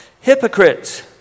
hypocrites